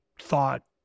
thought